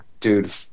dude